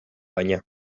baina